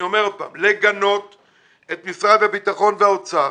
את משרד הביטחון והאוצר